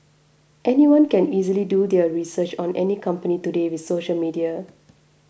anyone can easily do their research on any company today with social media